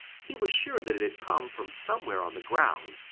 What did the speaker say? he was sure that it had come from somewhere on the ground,